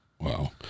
Wow